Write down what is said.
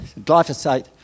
glyphosate